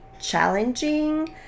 challenging